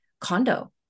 condo